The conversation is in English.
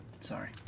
Sorry